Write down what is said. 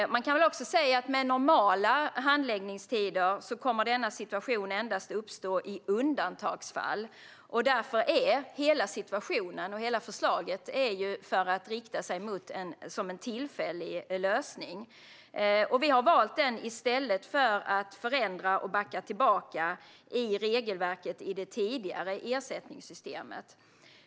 Man kan också säga att denna situation med normala handläggningstider kommer att uppstå endast i undantagsfall. Därför handlar detta förslag om att detta ska vara en tillfällig lösning. Vi har valt den i stället för att förändra och backa tillbaka i regelverket i det tidigare ersättningssystemet.